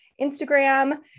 Instagram